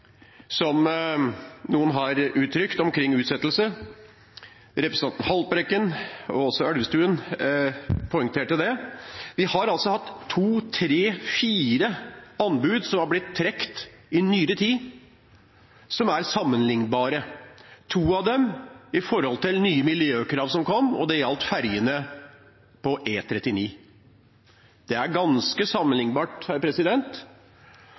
som noen har uttrykt omkring utsettelse. Representanten Haltbrekken og representanten Elvestuen poengterte det. Vi har altså hatt to, tre, fire sammenliknbare anbud som er blitt trukket i nyere tid, to av dem etter nye miljøkrav som kom. Det gjaldt fergene på E39, og det er ganske